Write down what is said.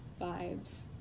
vibes